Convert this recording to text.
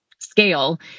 scale